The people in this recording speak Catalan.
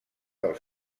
del